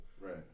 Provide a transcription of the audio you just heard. right